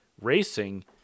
racing